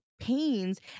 pains